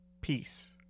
peace